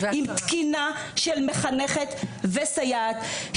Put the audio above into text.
עם תקינה של מחנכת וסייעת,